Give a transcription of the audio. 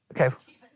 okay